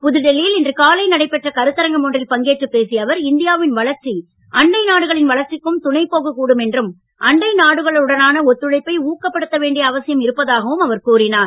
புதுடெல்லியில் இன்று காலை நடைபெற்ற கருத்தரங்கம் ஒன்றில் பங்கேற்றுப் பேசிய அவர் இந்தியாவின் வளர்ச்சி அண்டை நாடுகளின் வளர்ச்சிக்கும் துணை போகக்கூடும் என்றும் அண்டை நாடுகளுடனான ஒத்துழைப்பை ஊக்கப்படுத்த வேண்டிய அவசியம் இருப்பதாகவும் அவர் கூறினார்